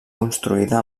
construïda